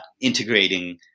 integrating